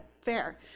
fair